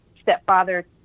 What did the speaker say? stepfather